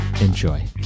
enjoy